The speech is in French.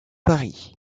paris